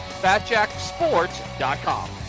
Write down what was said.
FatJackSports.com